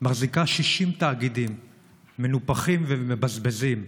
מחזיקה 60 תאגידים מנופחים ומבזבזים,